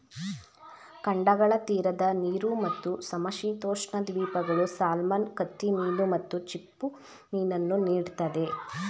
ಖಂಡಗಳ ತೀರದ ನೀರು ಮತ್ತು ಸಮಶೀತೋಷ್ಣ ದ್ವೀಪಗಳು ಸಾಲ್ಮನ್ ಕತ್ತಿಮೀನು ಮತ್ತು ಚಿಪ್ಪುಮೀನನ್ನು ನೀಡ್ತದೆ